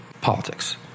politics